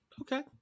Okay